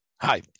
Hi